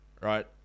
right